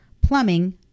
plumbing